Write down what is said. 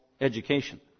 education